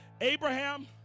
abraham